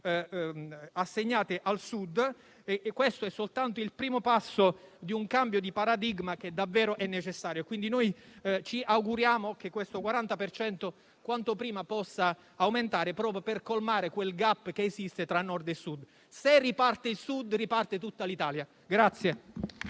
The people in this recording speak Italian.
assegnato al Sud e questo è soltanto il primo passo di un cambio di paradigma davvero necessario. Quindi, noi ci auguriamo che questo 40 per cento quanto prima possa aumentare proprio per colmare quel *gap* che esiste tra Nord e Sud. Se riparte il Sud, riparte tutta l'Italia.